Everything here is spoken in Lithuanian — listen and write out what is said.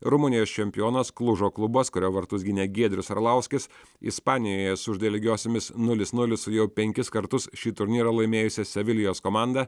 rumunijos čempionas klužo klubas kurio vartus gynė giedrius arlauskis ispanijoje sužaidė lygiosiomis nulis nulis su jau penkis kartus šį turnyrą laimėjusia sevilijos komanda